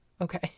Okay